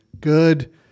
Good